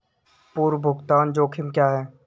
पूर्व भुगतान जोखिम क्या हैं?